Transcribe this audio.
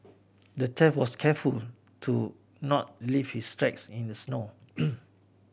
the thief was careful to not leave his tracks in the snow